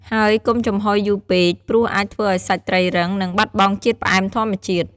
ហើយកុំចំហុយយូរពេក ព្រោះ អាចធ្វើឲ្យសាច់ត្រីរឹង និងបាត់បង់ជាតិផ្អែមធម្មជាតិ។